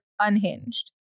unhinged